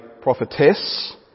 prophetess